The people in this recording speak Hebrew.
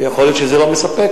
ויכול להיות שזה לא מספק,